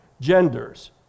genders